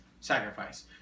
sacrifice